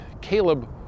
Caleb